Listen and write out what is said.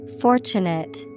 Fortunate